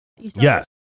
Yes